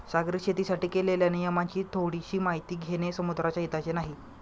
सागरी शेतीसाठी केलेल्या नियमांची थोडीशी माहिती घेणे समुद्राच्या हिताचे नाही